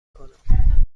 کنم